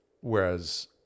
Whereas